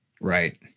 Right